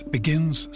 Begins